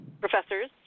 professors